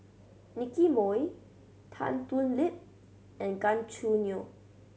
Nicky Moey Tan Thoon Lip and Gan Choo Neo